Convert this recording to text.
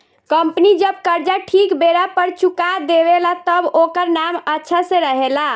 company जब कर्जा ठीक बेरा पर चुका देवे ला तब ओकर नाम अच्छा से रहेला